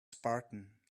spartan